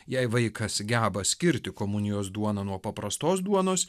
jei vaikas geba skirti komunijos duoną nuo paprastos duonos